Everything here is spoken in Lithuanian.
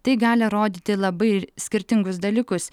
tai gali rodyti labai skirtingus dalykus